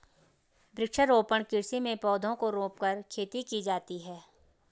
वृक्षारोपण कृषि में पौधों को रोंपकर खेती की जाती है